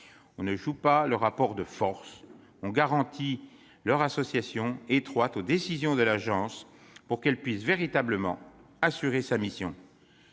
on ne joue pas le rapport de force : on garantit leur association étroite aux décisions de l'agence, pour que celle-ci puisse véritablement assurer sa mission,